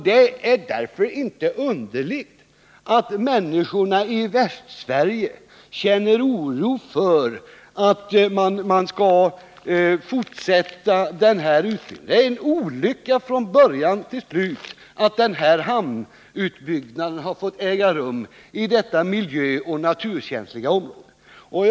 Det är därför inte underligt att människorna i Västsverige känner oro för att utbyggnaden skall fortsätta. Det är en olycka från början till slut att denna hamnutbyggnad har fått äga rum i detta miljöoch naturkänsliga område.